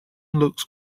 looks